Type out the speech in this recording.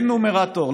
כן נומרטור,